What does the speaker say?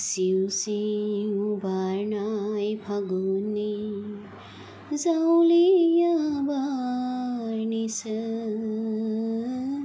सिउ सिउ बारनाय फागुन नि जावलिया बारनिसो